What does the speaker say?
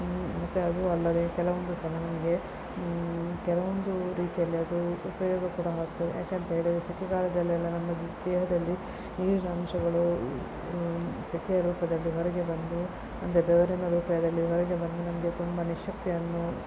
ಮತ್ತೆ ಅದೂ ಅಲ್ಲದೇ ಕೆಲವೊಂದು ಸಮಯ ನಮಗೆ ಕೆಲವೊಂದು ರೀತಿಯಲ್ಲಿ ಅದು ಉಪಯೋಗ ಕೂಡ ಆಗ್ತದೆ ಯಾಕೆ ಅಂತ ಹೇಳಿದರೆ ಸೆಕೆಗಾಲದಲ್ಲೆಲ್ಲ ನಮ್ಮ ದೇಹದಲ್ಲಿ ನೀರಿನ ಅಂಶಗಳು ಸೆಕೆಯ ರೂಪದಲ್ಲಿ ಹೊರಗೆ ಬಂದು ಅಂದರೆ ಬೆವರಿನ ರೂಪದಲ್ಲಿ ಹೊರಗೆ ಬಂದು ನಮಗೆ ತುಂಬ ನಿಶ್ಶಕ್ತಿಯನ್ನು